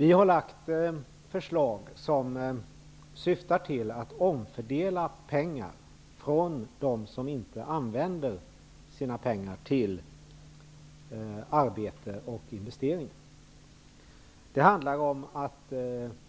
Vi har lagt fram förslag som syftar till att omfördela pengar från dem som inte använder sina pengar till arbete och investeringar. Det handlar om att